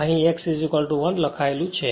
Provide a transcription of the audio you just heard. તેથી જ અહીં x 1 લખાયેલું છે